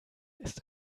ist